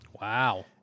Wow